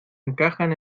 encajan